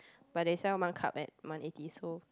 but they sell one cup at one eighty so